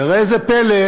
וראה זה פלא,